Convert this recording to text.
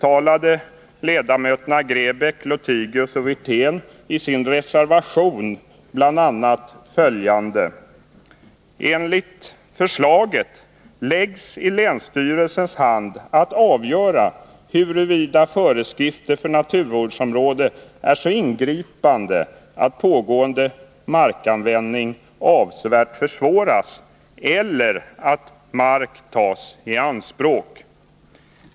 ”Enligt förslaget läggs i länsstyrelsens hand att avgöra huruvida föreskrifter för naturvårdsområde är så ingripande att pågående markanvändning avsevärt försvåras eller att mark tas i anspråk.